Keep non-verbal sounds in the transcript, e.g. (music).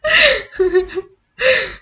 (laughs)